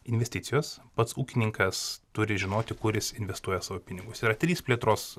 investicijos pats ūkininkas turi žinoti kur jis investuoja savo pinigus yra trys plėtros